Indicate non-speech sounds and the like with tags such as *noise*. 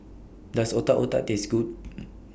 Does Otak Otak Taste Good *noise*